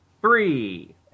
Three